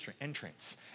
entrance